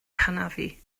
hanafu